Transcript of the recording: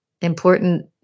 important